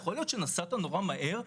נסעת מהר מאוד,